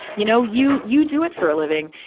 you know, you, you do it for a living.